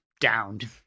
Downed